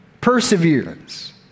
perseverance